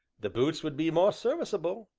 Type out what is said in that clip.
the boots would be more serviceable,